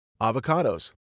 Avocados